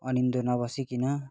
अनिन्दो नबसिकन